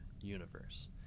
universe